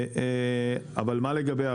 אבל מה לגבי,